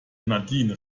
nadine